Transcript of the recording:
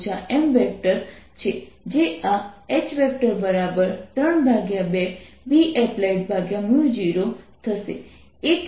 તેથી કારણ કે દરેક તબક્કે E અચળ હોય છે તેથી આપણે ds2πrL લખી શકીએ છીએ